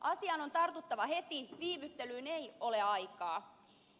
asiaan on tartuttava heti viivyttelyyn ei ole aikaa